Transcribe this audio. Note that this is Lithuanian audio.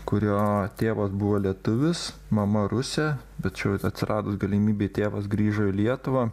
kurio tėvas buvo lietuvis mama rusė bet čia jau atsiradus galimybei tėvas grįžo į lietuvą